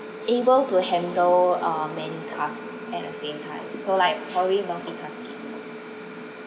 able to handle uh many tasks at the same time so like probably multi tasking